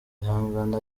ihangane